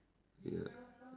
ya